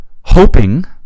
hoping